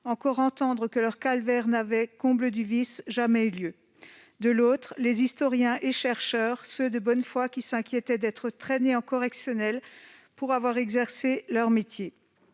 comble du vice, que leur calvaire n'avait jamais eu lieu. De l'autre, les historiens et chercheurs- ceux de bonne foi -qui s'inquiétaient d'être traînés en correctionnelle pour avoir exercé leur métier.